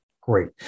Great